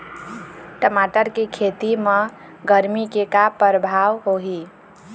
टमाटर के खेती म गरमी के का परभाव होही?